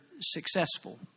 successful